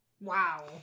Wow